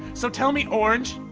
so tell me, orange,